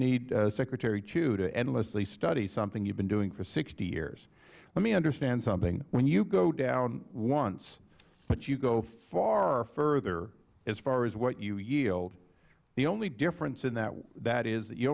need secretary chu to endlessly study something you've been doing for sixty years let me understand something when you go down once but you go far further as far as what you yield the only difference in that is that